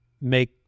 make